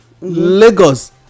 Lagos